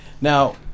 Now